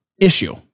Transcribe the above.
issue